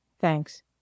Thanks